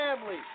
family